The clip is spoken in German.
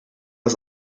das